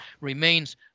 remains